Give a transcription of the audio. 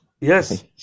yes